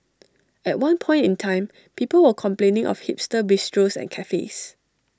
at one point in time people were complaining of hipster bistros and cafes